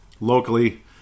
locally